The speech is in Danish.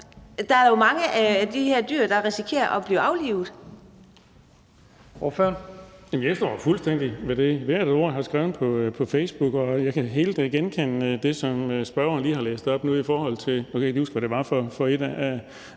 der er jo mange af de her dyr, der risikerer at blive aflivet.